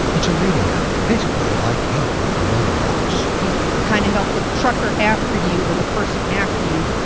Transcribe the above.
it's a rating app, basically like yelp for loading docks you kind of help the trucker after you or the person after you.